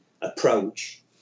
approach